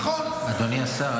אדוני השר,